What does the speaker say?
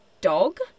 dog